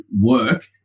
work